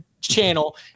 channel